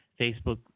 Facebook